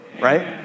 right